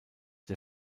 der